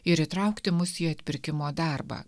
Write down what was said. ir įtraukti mus į atpirkimo darbą